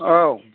औ